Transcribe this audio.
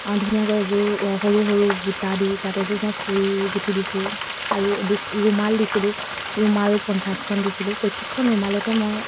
ধুনীয়াকৈ এযোৰ সৰু সৰু বুটা দি তাতে এযোৰ মই ফুল গুঠি দিছোঁ আৰু দু ৰুমাল দিছিলোঁ ৰুমাল পঞ্চাছখন দিছিলোঁ প্ৰত্যেকখন ৰুমালতে মই